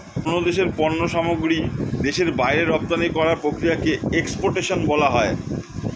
কোন দেশের পণ্য সামগ্রী দেশের বাইরে রপ্তানি করার প্রক্রিয়াকে এক্সপোর্টেশন বলা হয়